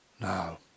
Now